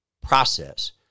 process